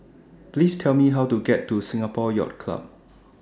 Please Tell Me How to get to Singapore Yacht Club